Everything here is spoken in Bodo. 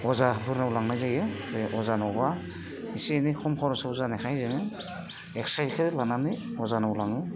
अजाफोरनाव लांनाय जायो बे अजानावब्ला एसे एनै खम खरसाव जानायखाय जों एक्सरेखो लानानै अजानाव लाङो